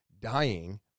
dying